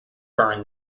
bern